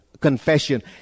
confession